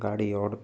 ଗାଡ଼ି ଓ